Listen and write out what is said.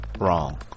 wrong